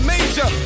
Major